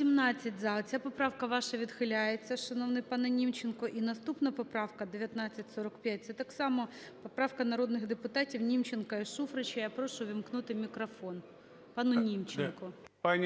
Пані